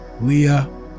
Leah